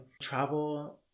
travel